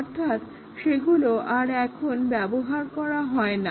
অর্থাৎ সেগুলো আর এখন ব্যবহার করা যায় না